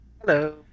Hello